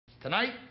Tonight